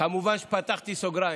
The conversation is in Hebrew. כמובן שפתחתי סוגריים,